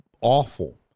awful